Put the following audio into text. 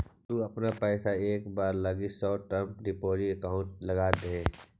तु अपना पइसा एक बार लगी शॉर्ट टर्म डिपॉजिट अकाउंट में लगाऽ दे